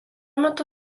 metu